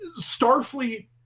Starfleet